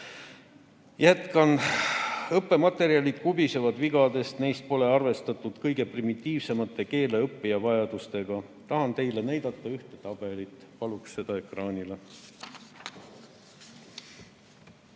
tehtud? Jätkan. Õppematerjalid kubisevad vigadest, neis pole arvestatud kõige primitiivsemate keeleõppija vajadustega. Tahan teile näidata ühte tabelit, paluks seda ekraanile.